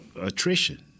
Attrition